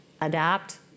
Adapt